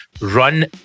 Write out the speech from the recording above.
run